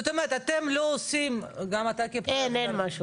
זאת אומרת, אתם לא עושים --- אין משהו.